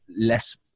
less